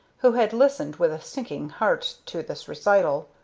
who had listened with a sinking heart to this recital.